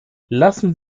lassen